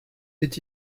est